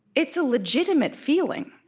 it's a legitimate feeling.